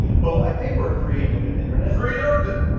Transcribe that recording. well i favor a free and open internet. free and open.